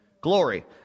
Glory